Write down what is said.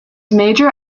major